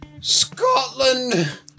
Scotland